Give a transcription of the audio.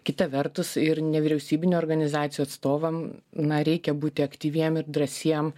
kita vertus ir nevyriausybinių organizacijų atstovam na reikia būti aktyviem ir drąsiem